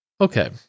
Okay